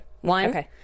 One